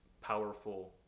powerful